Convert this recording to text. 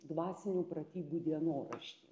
dvasinių pratybų dienoraštį